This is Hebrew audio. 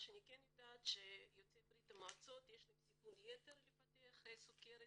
מה שאני כן יודעת זה שליוצאי ברית המועצות יש סיכון יתר לפתח סוכרת